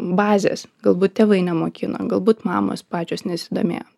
bazės galbūt tėvai nemokino galbūt mamos pačios nesidomėjo